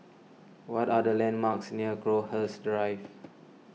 what are the landmarks near Crowhurst Drive